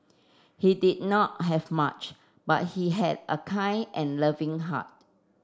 he did not have much but he had a kind and loving heart